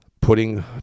Putting